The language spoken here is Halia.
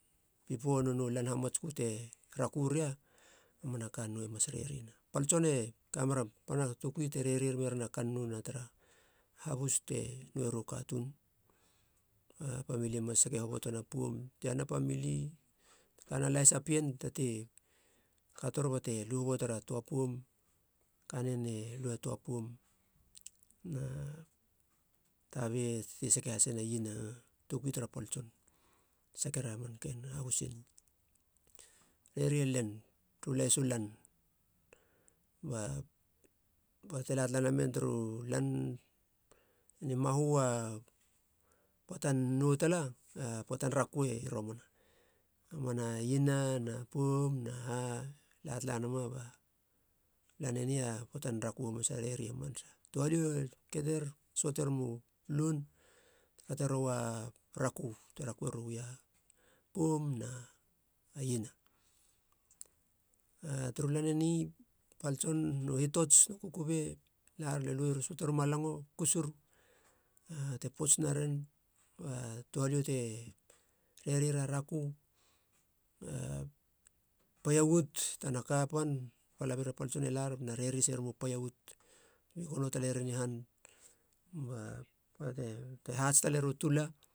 Bipo u lan hamatskön te rakö ria mamana kannou e mas rerina. Pal tson e kamera pana toukui te reri merien a kannou na tara habus te nouerou katuun. pamili e mas sake hobotena poum iahana pamili te kana lahisa pien, tatei kator bate lu hobotera töa poum, na tabi e sake hasena iena. Tokui tara pal tson, sakera marken habus eni; rerie len turu lahisu lan ba bate latala namen turu lan eni mahu a poatan nou tala, a poatan rakö i romana. Mamana iena na poum na ha latala nama ba lan eni poatan rakö hamanasa. Reri hamanasa touhalio keter, söata rimu loun kate roa te kate ria poum na iena, a turu lan eni pal tson no hitots no kukubei e lar e lar na lue söate rima lango, kusur bate pots naren ba touhaliou te rerira rakö, a paia uot, tana ka pan palabira pal tson e lar na reri na reri haseruma paia uot, mi gono talaren i han ba poata te hats taleri u tula